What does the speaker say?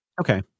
Okay